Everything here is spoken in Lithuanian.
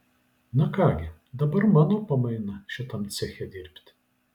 na ką gi dabar mano pamaina šitam ceche dirbti